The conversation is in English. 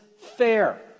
fair